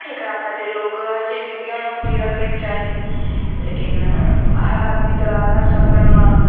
एकरा खातिर लोक हर चीजके ज्ञान बुद्धि रखैके चाही लेकिन हर आदमी तोहरा हर सफरमे